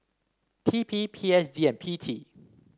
T P P S D and P T